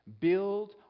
build